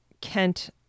Kent